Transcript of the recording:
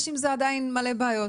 יש עם זה עדיין מלא בעיות,